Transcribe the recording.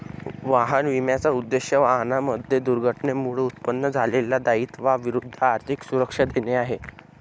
वाहन विम्याचा उद्देश, वाहनांमध्ये दुर्घटनेमुळे उत्पन्न झालेल्या दायित्वा विरुद्ध आर्थिक सुरक्षा देणे आहे